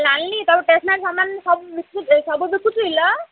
ନାନୀ ତୁମ ଷ୍ଟେସ୍ନାରୀ ସାମାନ୍ ସବୁ ସବୁ ବିକୁଛୁ କିଲୋ